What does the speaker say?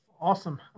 Awesome